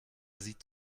sieht